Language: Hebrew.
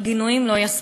אבל גינויים לא יספיקו,